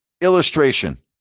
illustration